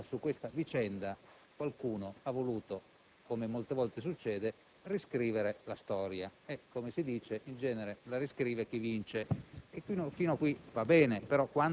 in quanto su questa vicenda qualcuno ha voluto, come molte volte succede, riscrivere la storia e, come si dice, in genere la riscrive chi vince.